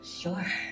Sure